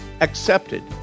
accepted